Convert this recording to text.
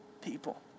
people